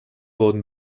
wurde